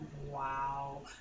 Wow